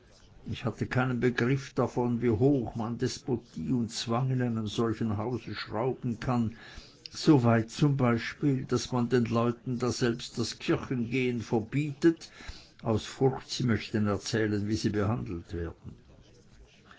ich hatte keinen begriff davon wie hoch man despotie und zwang in einem solchen hause schrauben kann so weit zum beispiel daß man den leuten daselbst das kirchengehen verbietet aus furcht sie möchten erzählen wie sie behandelt werden